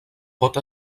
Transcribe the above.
pot